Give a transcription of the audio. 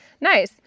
nice